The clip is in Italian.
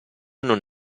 non